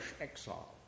exile